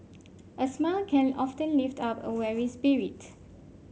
a smile can often lift up a weary spirit